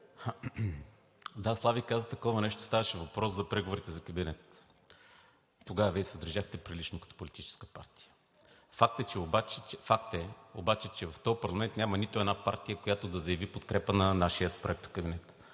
да, Слави каза такова нещо, ставаше въпрос за преговорите за кабинет. Тогава Вие се държахте прилично като политическа партия. Факт е обаче, че в този парламент няма нито една партия, която да заяви подкрепа на нашия проектокабинет